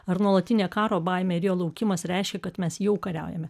ar nuolatinė karo baimė ir jo laukimas reiškia kad mes jau kariaujame